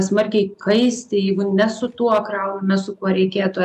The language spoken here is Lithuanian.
smarkiai kaisti jeigu ne su tuo krauname su kuo reikėtų